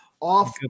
off